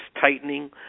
tightening